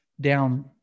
down